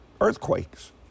Earthquakes